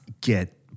get